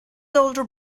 older